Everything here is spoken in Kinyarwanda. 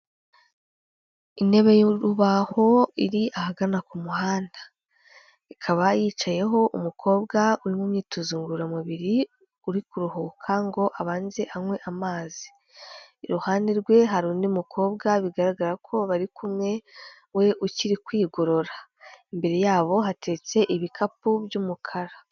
Intebe y'urubaho iri ahagana ku muhanda, ikaba yicayeho umukobwa uri mu myitozo ngororamubiri uri kuruhuka ngo abanze anywe amazi, i ruhande rwe hari undi mukobwa bigaragara ko bari kumwe we ukiri kwigorora, imbere yabo hatetse ibikapu by'umukara.